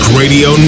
radio